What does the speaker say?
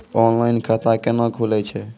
Online खाता केना खुलै छै?